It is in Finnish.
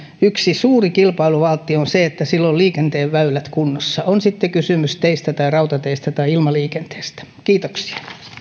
yksi suuri kilpailuvaltti on se että sillä on liikenteen väylät kunnossa on sitten kysymys teistä tai rautateistä tai ilmaliikenteestä kiitoksia